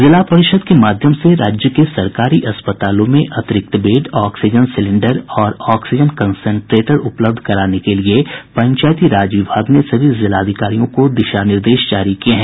जिला परिषद के माध्यम से राज्य के सरकारी अस्पतालों में अतिरिक्त बेड ऑक्सीजन सिलेंडर और ऑक्सीजन कंसंट्रेटर उपलब्ध कराने के लिए पंचायती राज विभाग ने सभी जिलाधिकारियों को दिशा निर्देश जारी किये हैं